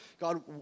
God